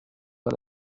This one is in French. pas